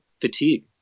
fatigue